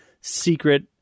secret